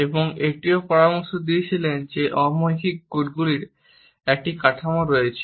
এবং এটিও পরামর্শ দিয়েছিলেন যে অ মৌখিক কোডগুলির একটি কাঠামো রয়েছে